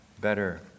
better